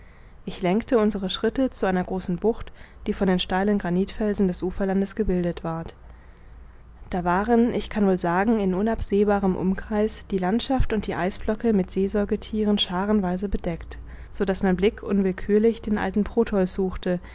ich lenkte unsere schritte zu einer großen bucht die von den steilen granitfelsen des uferlandes gebildet ward da waren ich kann wohl sagen in unabsehbarem umkreis die landschaft und die eisblocke mit seesäugethieren scharenweise bedeckt so daß mein blick unwillkürlich den alten proteus suchte